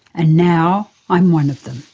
and now i'm one of them.